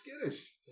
skittish